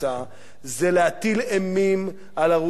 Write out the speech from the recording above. זה להטיל אימים על ערוץ-10,